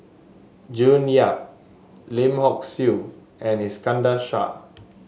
June Yap Lim Hock Siew and Iskandar Shah